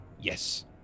Yes